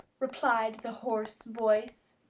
replied the hoarse voice.